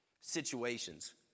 situations